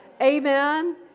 amen